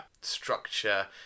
structure